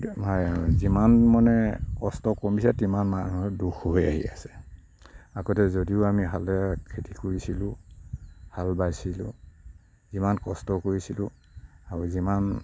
এতিয়া যিমান মানে কষ্ট কমিছে তিমান আমাৰ দুখ হৈ আহি আছে আগতে যদিও আমি হালেৰে খেতি কৰিছিলো হাল বাইছিলো যিমান কষ্ট কৰিছিলো আৰু যিমান